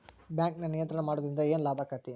ಬ್ಯಾಂಕನ್ನ ನಿಯಂತ್ರಣ ಮಾಡೊದ್ರಿಂದ್ ಏನ್ ಲಾಭಾಕ್ಕತಿ?